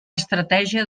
estratègia